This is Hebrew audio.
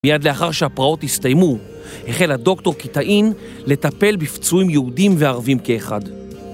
מיד לאחר שהפרעות הסתיימו החל הדוקטור קיטאין לטפל בפצועים יהודים וערבים כאחד